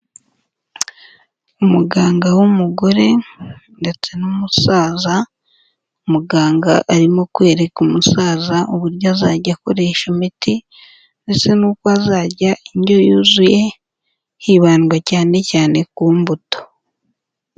Umuganga w'umugore ndetse n'umusaza, muganga arimo kwereka umusaza uburyo azajya akoresha imiti ndetse n'uko azarya indyo yuzuye, hibandwa cyane cyane ku mbuto.